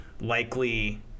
likely